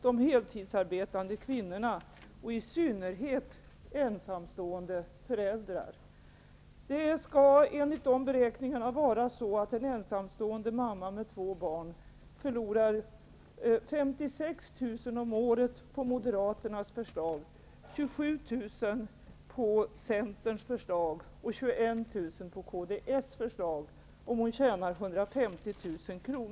De heltidsarbetande kvinnorna -- och i synnerhet ensamstående föräldrar -- förlorar mest. Beräkningarna visar att en ensamstående mamma med två barn förlorar 56 000 kr.